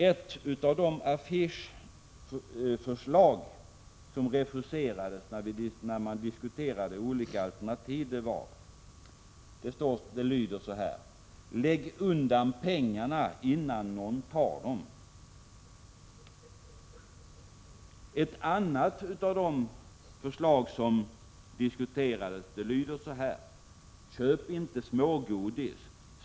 Ett av de affischförslag som refuserades när man diskuterade olika alternativ lyder så här: ”Lägg undan pengarna innan nån tar dom!” Ett annat av de förslag som diskuterades lyder: ”Köp inte smågodis.